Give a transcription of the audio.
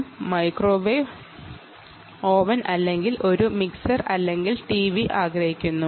അത് ഒരു microwave oven അല്ലെങ്കിൽ ഒരു മിക്സർ അല്ലെങ്കിൽ ടിവി ആകാം